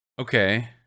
Okay